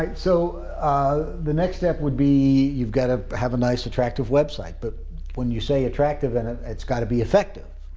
so ah the next step would be, you've got to have a nice attractive website. but when you say attractive and it's got to be effective.